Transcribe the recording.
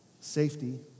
safety